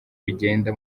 bigenda